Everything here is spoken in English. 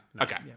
Okay